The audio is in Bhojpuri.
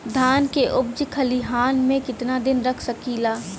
धान के उपज खलिहान मे कितना दिन रख सकि ला?